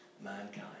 mankind